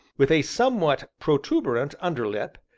with a somewhat protuberant under lip,